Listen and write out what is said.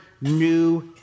New